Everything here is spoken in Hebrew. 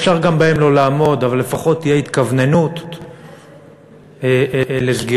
לא כתובים בעשרת הדיברות עקרונות של שיפור